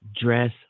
Dress